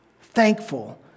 thankful